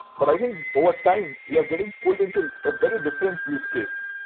but i think overtime we are getting pulled into a very different use case.